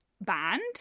band